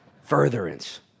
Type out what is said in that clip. furtherance